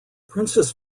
princess